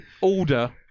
order